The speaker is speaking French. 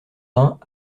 vingt